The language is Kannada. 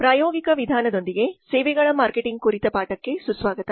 ಪ್ರಾಯೋಗಿಕ ವಿಧಾನದೊಂದಿಗೆ ಸೇವೆಗಳ ಮಾರ್ಕೆಟಿಂಗ್ ಕುರಿತ ಪಾಠಕ್ಕೆ ಸುಸ್ವಾಗತ